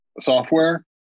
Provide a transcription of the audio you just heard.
software